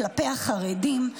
כלפי החרדים.